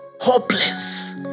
hopeless